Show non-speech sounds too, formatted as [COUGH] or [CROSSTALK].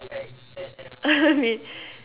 [LAUGHS]